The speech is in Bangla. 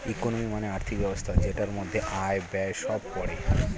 ইকোনমি মানে আর্থিক ব্যবস্থা যেটার মধ্যে আয়, ব্যয় সব পড়ে